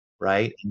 right